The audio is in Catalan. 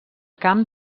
camp